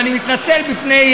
הופיע,